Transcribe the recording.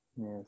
Yes